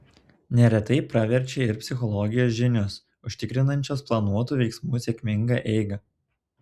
neretai praverčia ir psichologijos žinios užtikrinančios planuotų veiksmų sėkmingą eigą